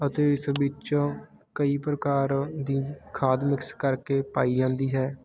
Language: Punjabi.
ਅਤੇ ਇਸ ਵਿੱਚੋਂ ਕਈ ਪ੍ਰਕਾਰ ਦੀ ਖਾਦ ਮਿਕਸ ਕਰਕੇ ਪਾਈ ਜਾਂਦੀ ਹੈ